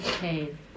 pain